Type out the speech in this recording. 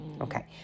Okay